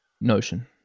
notion